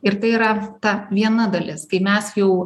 ir tai yra ta viena dalis kai mes jau